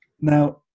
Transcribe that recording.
Now